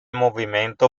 movimento